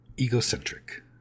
Egocentric